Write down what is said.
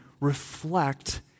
reflect